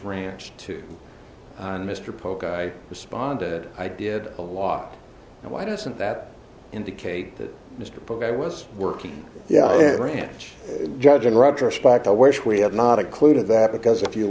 ranch to mr polk i responded i did a lot and why doesn't that indicate that mr polk i was working ranch judge in retrospect i wish we had not a clue to that because if you